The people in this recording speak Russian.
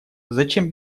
зачем